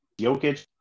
Jokic